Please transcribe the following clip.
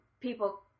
people